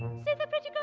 see the pretty but